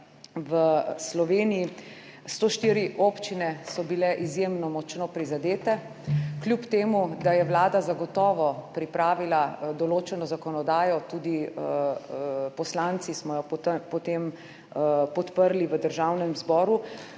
v Sloveniji. 104 občine so bile izjemno močno prizadete, kljub temu, da je Vlada zagotovo pripravila določeno zakonodajo, tudi poslanci smo jo potem podprli v Državnem zboru,